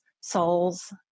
souls